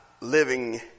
living